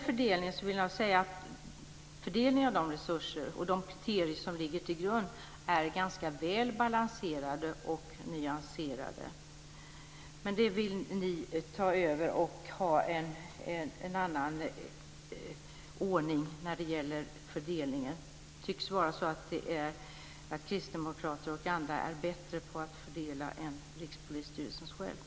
Jag vill säga att fördelningen av resurserna och de kriterier som ligger till grund för fördelningen är ganska väl balanserade och nyanserade, men ni vill ha en annan ordning när det gäller fördelningen. Det tycks vara så att kristdemokrater och andra är bättre på att fördela än Rikspolisstyrelsen själv.